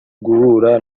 guhura